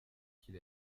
qu’il